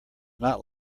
not